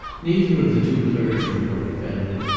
neither of the two clergymen were offended,